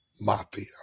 Mafia